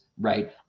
right